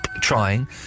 trying